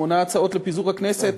שמונה הצעות לפיזור הכנסת?